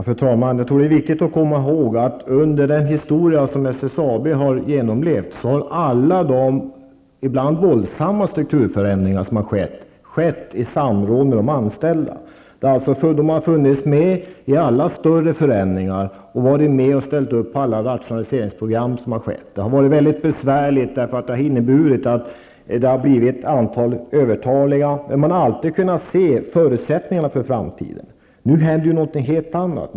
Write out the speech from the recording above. Fru talman! Det är viktigt att komma ihåg att alla de, ibland våldsamma, strukturförändringarna i SSABs historia har skett i samråd med de anställda. De har funnits med i alla större förändringar. De har varit med och ställt upp på alla rationaliseringsprogram som har skett. Det har varit mycket besvärligt, eftersom det har inneburit att ett antal har blivit övertaliga, men man har alltid kunnat se förutsättningarna för framtiden. Nu händer någonting helt annat.